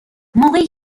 موقعی